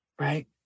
Right